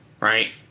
Right